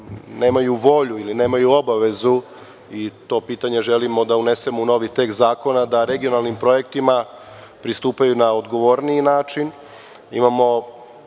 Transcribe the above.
nemaju volju, ili nemaju obavezu i to pitanje želimo da unesemo u novi tekst zakona da regionalnim projektima pristupaju na odgovorniji način. Imamo